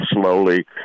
slowly